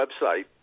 website